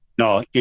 No